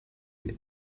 ebb